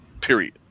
period